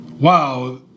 Wow